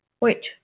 Wait